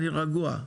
אני רגוע.